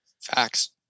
Facts